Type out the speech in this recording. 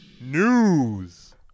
NEWS